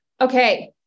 Okay